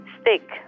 stick